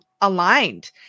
aligned